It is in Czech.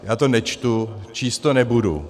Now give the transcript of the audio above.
Já to nečtu, číst to nebudu.